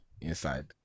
inside